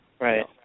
Right